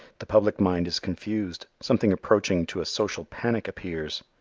the public mind is confused. something approaching to a social panic appears.